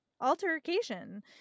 altercation